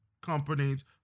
companies